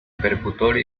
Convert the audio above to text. percutor